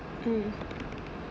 mm